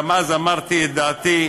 גם אז אמרתי את דעתי,